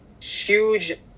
huge